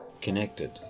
Connected